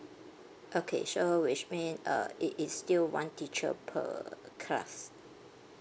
okay so which mean uh it is still one teacher per class